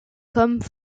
comme